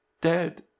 dead